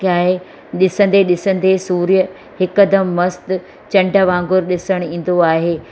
आहे ॾिसंदे ॾिसंदे सुर्य हिकदमि मस्तु चंडु वांगुरू ॾिसणु ईंदो आहे